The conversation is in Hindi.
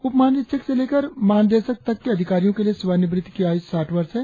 उपमहानिरीक्षक से लेकर महानिदेशक तक के अधिकारियों के लिए सेवानिवृत्ति की आयु साठ वर्ष है